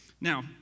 Now